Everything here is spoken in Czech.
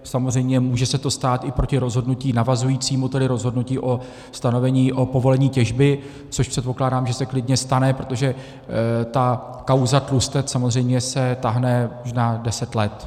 Samozřejmě může se to stát i proti rozhodnutí navazujícímu, tedy rozhodnutí o stanovení, o povolení těžby, což předpokládám, že se klidně stane, protože ta kauza Tlustec samozřejmě se táhne možná deset let.